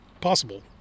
possible